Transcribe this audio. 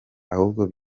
ahubwo